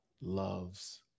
loves